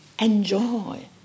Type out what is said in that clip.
enjoy